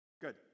Good